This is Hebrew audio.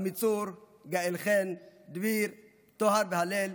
עמיצור, גאל-חן, דביר, טוהר והלל,